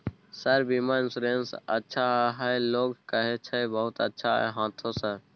Sir बीमा insurance अच्छा है लोग कहै छै बहुत अच्छा है हाँथो सर?